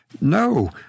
No